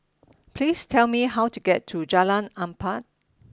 please tell me how to get to Jalan Empat